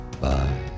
Bye